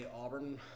Auburn